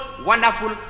wonderful